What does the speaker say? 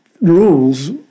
rules